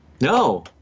No